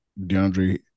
DeAndre